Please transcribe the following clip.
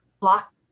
block